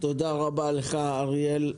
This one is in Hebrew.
תודה רבה לך אריאל.